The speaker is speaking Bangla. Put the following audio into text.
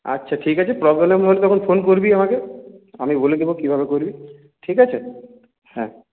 আচ্ছা ঠিক আছে প্রবলেম হলে তখন ফোন করবি আমাকে আমি বলে দেব কিভাবে করবি ঠিক আছে হ্যাঁ